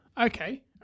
okay